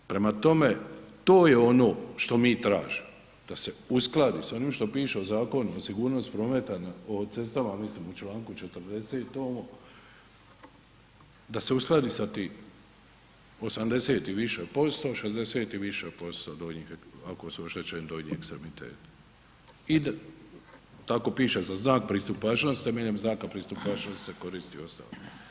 Prema tome, to je ono što mi tražimo da se uskladi s onim što piše u Zakonu o sigurnosti prometa na, o cestama, mislim u čl. 40. da se uskladi sa tim, 80 i više posto, 60 i više posto donjih, ako su oštećeni donji ekstremiteti i da, tako piše za znak pristupačnosti, temeljem znaka pristupačnosti se koristi i ostalo.